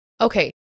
Okay